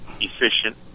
efficient